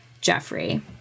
Jeffrey